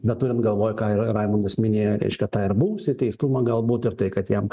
bet turint galvoje ką ir raimundas minėjo reiškia tą ir buvusį teistumą galbūt ir tai kad jam